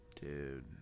Dude